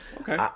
okay